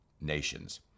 nations